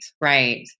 right